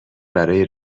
برای